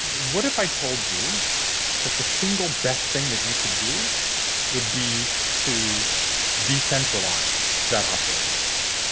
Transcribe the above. what if i told you that the single best thing that you could do would be to decentralize that operating system?